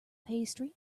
pastries